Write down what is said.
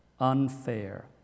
unfair